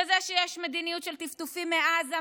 וזה שיש מדיניות של טפטופים מעזה,